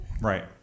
right